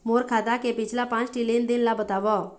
मोर खाता के पिछला पांच ठी लेन देन ला बताव?